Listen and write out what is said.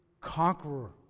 conqueror